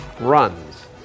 runs